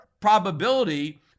probability